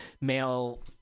male